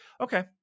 Okay